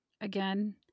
again